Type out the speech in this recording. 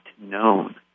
known